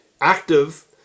active